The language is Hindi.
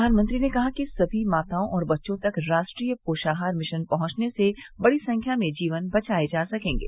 प्रधानमंत्री ने कहा कि सभी माताओं और बच्चों तक राष्ट्रीय पोषाहार मिशन पहुंचने से बड़ी संख्या में जीवन बचाये जा सकेंगे